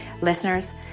Listeners